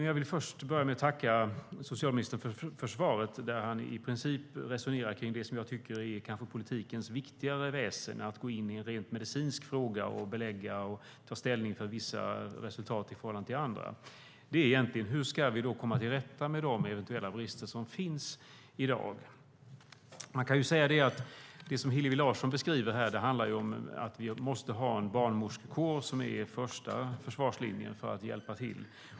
Jag vill först börja med att tacka socialministern för svaret, där han i princip resonerar kring det som kanske är politikens viktigare väsen än att gå in i en direkt medicinsk fråga, belägga och ta ställning för vissa resultat i förhållande till andra: Hur ska vi då komma till rätta med de eventuella brister som finns i dag? Det som Hillevi Larsson beskriver här handlar om att vi måste ha en barnmorskekår som är första försvarslinjen för att hjälpa till.